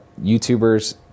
YouTubers